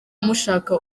mushaka